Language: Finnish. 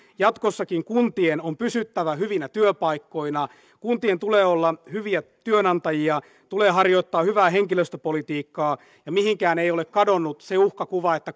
jatkossakin kuntien on pysyttävä hyvinä työpaikkoina kuntien tulee olla hyviä työnantajia tulee harjoittaa hyvää henkilöstöpolitiikkaa ja mihinkään ei ole kadonnut se uhkakuva että